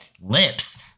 lips